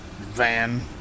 van